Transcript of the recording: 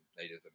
Native